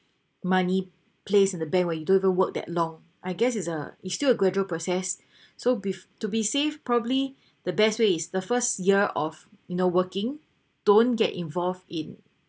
money place in the bank when you don't even work that long I guess is a it's still a gradual process so with to be safe probably the best way is the first year of you know working don't get involved in